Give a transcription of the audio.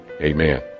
amen